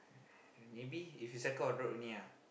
maybe if you cycle on road only ah